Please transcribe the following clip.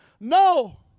no